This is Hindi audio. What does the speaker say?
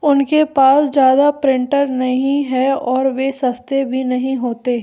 उनके पास ज़्यादा प्रिंटर नहीं है और वे सस्ते भी नहीं होते